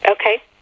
Okay